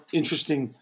interesting